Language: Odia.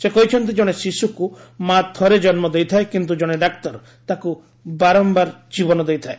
ସେ କହିଛନ୍ତି ଜଣେ ଶିଶୁକୁ ମା' ଥରେ କନ୍କ ଦେଇଥାଏ କିନ୍ତୁ ଜଣେ ଡାକ୍ତର ତାକୁ ବାରମ୍ଭାର ଜୀବନ ଦେଇଥାଏ